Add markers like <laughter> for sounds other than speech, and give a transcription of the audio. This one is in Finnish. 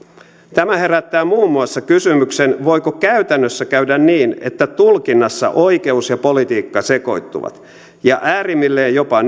tämä herättää muun muassa kysymyksen voiko käytännössä käydä niin että tulkinnassa oikeus ja politiikka sekoittuvat ja äärimmillään jopa <unintelligible>